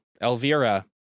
Elvira